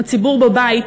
הציבור בבית,